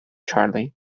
charley